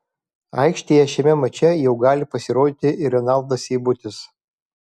aikštėje šiame mače jau gali pasirodyti ir renaldas seibutis